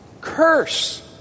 curse